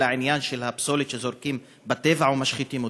עניין הפסולת שזורקים בטבע ומשחיתים אותו.